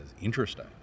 interesting